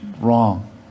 Wrong